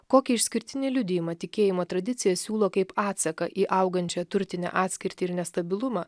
kokį išskirtinį liudijimą tikėjimo tradicija siūlo kaip atsaką į augančią turtinę atskirtį ir nestabilumą